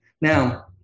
Now